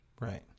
Right